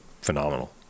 phenomenal